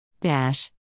Dash